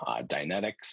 Dynetics